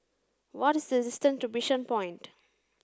what is the distance to Bishan Point